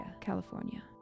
California